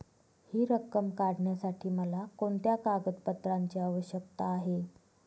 हि रक्कम काढण्यासाठी मला कोणत्या कागदपत्रांची आवश्यकता आहे?